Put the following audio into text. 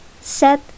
set